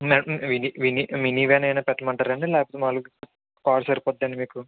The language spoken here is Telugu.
మేమ్ వినీ మినీ వాన్ ఏమైనా పెట్టమంటారా అండి లేకపోతే మాములుగా కారు సరిపోతుందా అండి మీకు